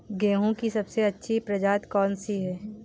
गेहूँ की सबसे अच्छी प्रजाति कौन सी है?